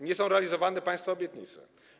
Nie są realizowane państwa obietnice.